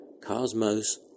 Cosmos